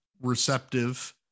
receptive